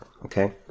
Okay